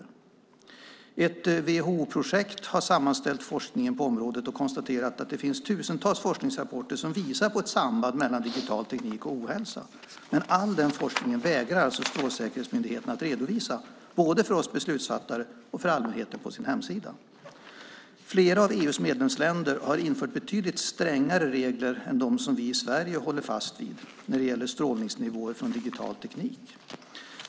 I ett WHO-projekt har man sammanställt forskningen på området och konstaterat att det finns tusentals forskningsrapporter som visar på ett samband mellan digital teknik och ohälsa. Men all den forskningen vägrar alltså Strålsäkerhetsmyndigheten att redovisa både för oss beslutsfattare och för allmänheten på sin hemsida. Flera av EU:s medlemsländer har infört betydligt strängare regler än dem som vi i Sverige håller fast vid när det gäller strålningsnivåer från digital teknik.